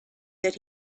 that